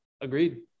agreed